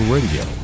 Radio